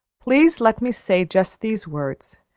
please let me say just these words.